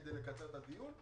כדי לקצר את הדיון,